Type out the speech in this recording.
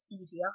easier